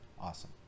awesome